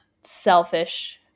selfish